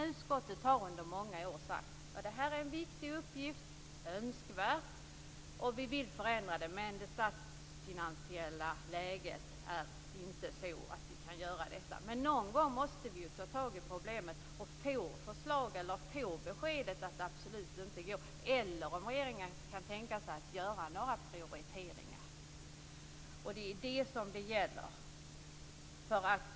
Utskottet har under många år sagt att det är en viktig uppgift, att det är önskvärt att det sker en översyn och att man vill göra förändringar, men att det statsfinansiella läget inte är sådant att man kan göra det. Men någon gång måste vi ju ta tag i problemet! Antingen får vi beskedet att det absolut inte går, eller så får vi veta att regeringen kan tänka sig att göra några prioriteringar. Det är det som det gäller.